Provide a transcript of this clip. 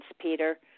Peter